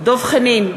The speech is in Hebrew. דב חנין,